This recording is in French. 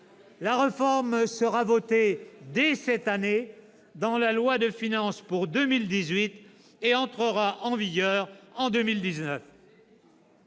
La réforme sera votée dès cette année, dans le cadre de la loi de finances pour 2018, et entrera en vigueur en 2019.